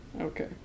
Okay